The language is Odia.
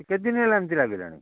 ସିଏ କେତେଦିନ ହେଲାଣି ଲାଗିଲାଣି